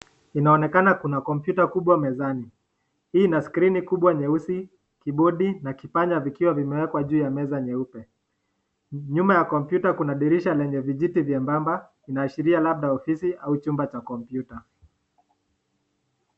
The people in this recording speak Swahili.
Inaonekana kuna kompyuta kubwa mezani. Hii ina (screen) kubwa nyeusi, kibodi na kipanya vikiwa vimewekwa juu ya meza nyeupe. Nyuma ya kompyuta kuna dirisha lenye vijiti vyembamba, inaashiria labda ofisi au chumba cha kompyuta.